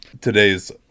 today's